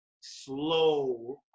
slow